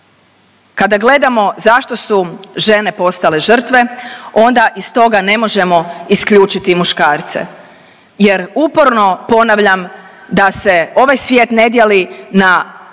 Kada gledamo zašto su žene postale žrtve, onda iz toga ne možemo isključiti i muškarce jer uporno ponavljam da se ovaj svijet ne dijeli na